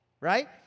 right